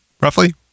roughly